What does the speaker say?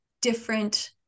different